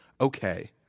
okay